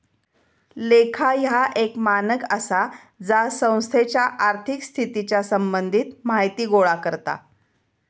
लेखा ह्या एक मानक आसा जा संस्थेच्या आर्थिक स्थितीच्या संबंधित माहिती गोळा करता